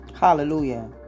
Hallelujah